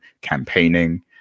campaigning